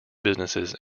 businesses